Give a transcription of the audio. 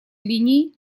линией